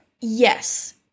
yes